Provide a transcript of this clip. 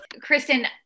Kristen